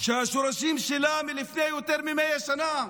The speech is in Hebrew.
שהשורשים שלה מלפני יותר מ-100 שנה.